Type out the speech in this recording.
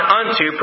unto